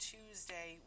Tuesday